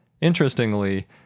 Interestingly